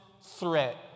threat